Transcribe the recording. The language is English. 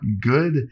good